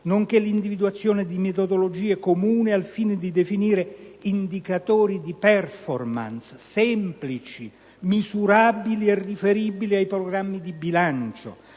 nonché individuazione di metodologie comuni al fine di definire indicatori di *performance* semplici, misurabili e riferibili ai programmi di bilancio;